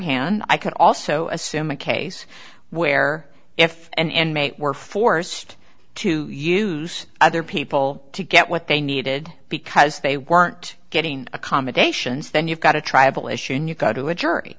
hand i could also assume a case where if and mate were forced to use other people to get what they needed because they weren't getting accommodations then you've got a tribal issue and you go to a jury